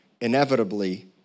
inevitably